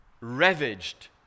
ravaged